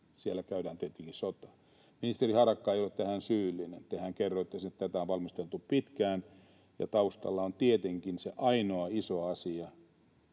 Siellä käydään tietenkin sotaa. Ministeri Harakka ei ole tähän syyllinen — tehän kerroitte, että tätä on valmisteltu pitkään ja taustalla on tietenkin se ainoa iso asia